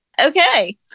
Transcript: Okay